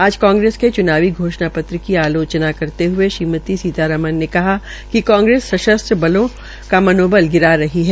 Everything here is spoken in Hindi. आज कांग्रेस के च्नावी घोषणा पत्र की आलोचना करते हये श्रीमती सीतामरन ने कहा कि कांग्रेस सशस्त्र बलो का मनोबल गिरा रही है